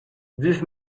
dix